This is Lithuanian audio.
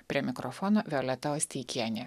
prie mikrofono violeta osteikienė